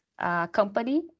company